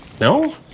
No